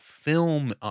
film